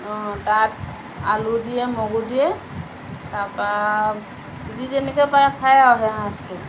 অঁ তাত আলু দিয়ে মগু দিয়ে তাৰ পৰা যি যেনেকে পাৰে খায় আৰু সেই সাঁজটো